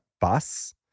bus